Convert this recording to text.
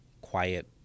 quiet